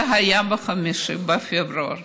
זה היה ב-5 בפברואר